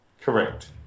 correct